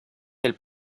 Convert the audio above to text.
del